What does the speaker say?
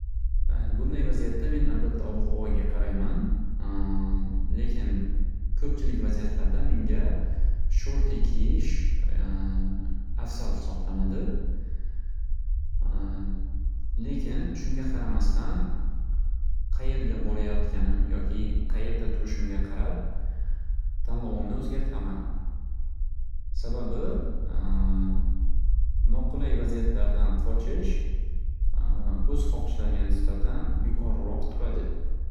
Bunday vaziyatda men albatda ob-havoga qarayman. Lekin ko'pchilik vaziyatlarda menga shorti kiyish afzal hisoblanadi. Lekin shunga qaramasdan qayerga borayotganim yoki qayerda turishimga qarab tanlovimni o'zgartiraman. Sababi noqulay vaziyatlardan qochish o'z xoxishlariga nisbatan yuqoriroq turadi.